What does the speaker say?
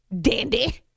dandy